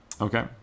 Okay